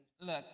Look